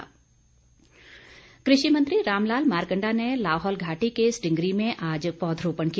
मारकंडा कृषि मंत्री रामलाल मारकंडा ने लाहौल घाटी के स्टिंगरी में आज पौधरोपण किया